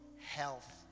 health